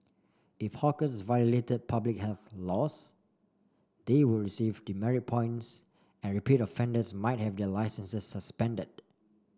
if hawkers violated public health laws they would receive demerit points and repeat offenders might have their licences suspended